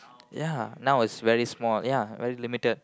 ya now is very small ya very limited